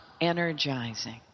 energizing